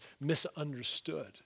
misunderstood